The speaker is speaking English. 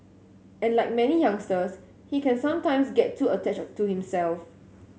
and like many youngsters he can sometimes get too attached to himself